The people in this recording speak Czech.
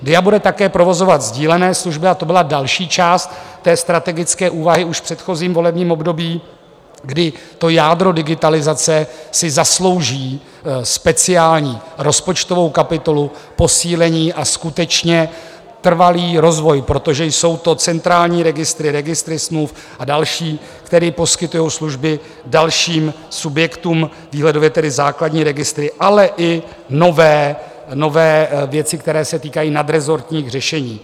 DIA bude také provozovat sdílené služby, a to byla další část strategické úvahy už v předchozím volebním období, kdy jádro digitalizace si zaslouží speciální rozpočtovou kapitolu, posílení a skutečně trvalý rozvoj, protože jsou to centrální registry, registry smluv a další, které poskytují služby dalším subjektům, výhledově tedy základní registry, ale i nové věci, které se týkají nadrezortních řešení.